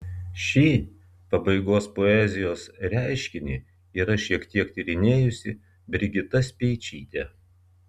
šį pabaigos poezijos reiškinį yra šiek tiek tyrinėjusi brigita speičytė